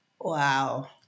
Wow